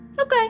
okay